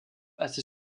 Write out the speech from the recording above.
assez